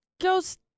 ghost